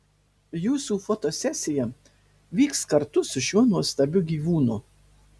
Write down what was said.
jūsų fotosesija vyks kartu su šiuo nuostabiu gyvūnu